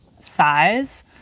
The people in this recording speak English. size